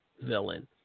villain